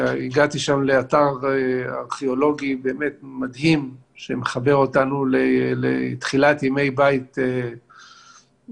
הגעתי שם לאתר ארכיאולוגי באמת מדהים שמחבר אותנו לתחילת ימי הבית השני.